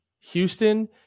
Houston